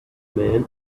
man